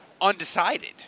undecided